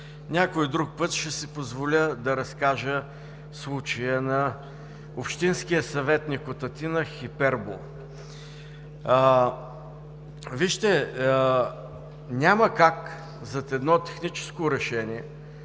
Някой друг път ще си позволя да разкажа случая на общинския съветник Хипербол от Атина. Вижте, няма как зад едно техническо решение,